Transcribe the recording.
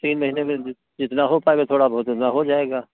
तीन महीने में जि जितना हो पाएगा थोड़ा बहुत उतना हो जाएगा